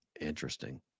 Interesting